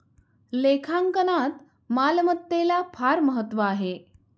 लेखांकनात मालमत्तेला फार महत्त्व आहे